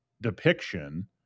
depiction